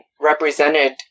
represented